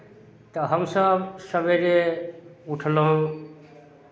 तऽ हमसभ सवेरे उठलहुँ